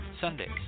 Sundays